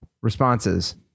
responses